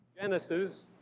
Genesis